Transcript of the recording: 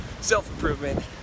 self-improvement